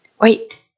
wait